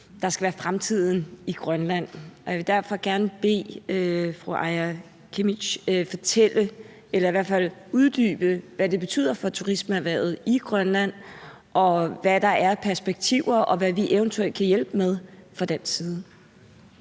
bede fru Aaja Chemnitz fortælle eller i hvert fald uddybe, hvad det betyder for turismeerhvervet i Grønland, og hvad der er af perspektiver, og hvad vi eventuelt kan hjælpe med fra dansk side.